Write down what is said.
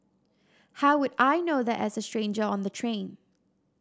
how would I know that as a stranger on the train